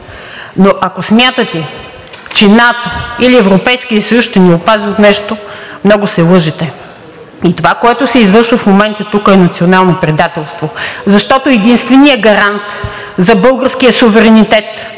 но ако смятате, че НАТО или Европейският съюз ще ни опазят от нещо, много се лъжете. И това, което се извършва в момента тук, е национално предателство, защото единственият гарант за българския суверенитет